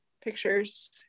pictures